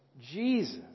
Jesus